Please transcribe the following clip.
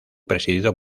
presidido